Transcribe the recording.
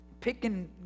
picking